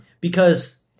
because-